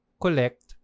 collect